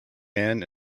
man